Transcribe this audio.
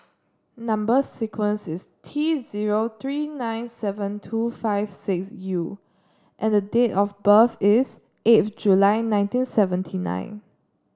number sequence is T zero three nine seven two five six U and date of birth is eight July nineteen seventy nine